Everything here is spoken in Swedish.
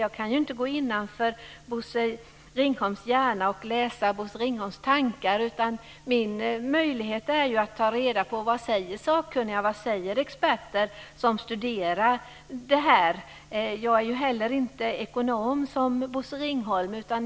Jag kan ju inte gå in i Bosse Ringholms hjärna och läsa Bosse Ringholms tankar. Min möjlighet är att ta reda på vad sakkunniga och experter som studerar frågan säger. Jag är inte ekonom, som Bosse Ringholm.